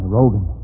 Rogan